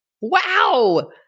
Wow